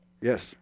Yes